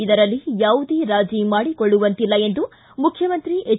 ಇದರಲ್ಲಿ ಯಾವುದೇ ರಾಜಿ ಮಾಡಿಕೊಳ್ಳುವಂತಿಲ್ಲ ಎಂದು ಮುಖ್ಯಮಂತ್ರಿ ಹೆಚ್